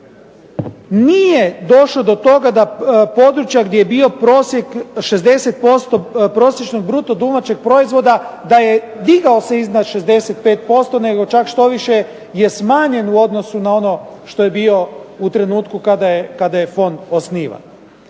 Nije došlo do toga da područja gdje je bio prosjek 60% prosječnog bruto domaćeg proizvoda da je digao se iznad 65% nego čak štoviše je smanjen u odnosu na ono što je bio u trenutku kada je fond osnivan.